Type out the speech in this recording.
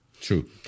True